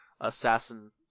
assassin